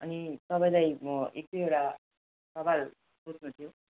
अनि तपाईँलाई म एक दुईवटा सवाल सोध्नु थियो